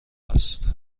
هست